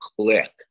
click